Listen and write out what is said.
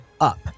up